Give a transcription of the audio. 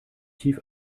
tief